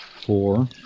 Four